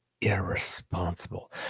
irresponsible